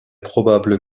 probable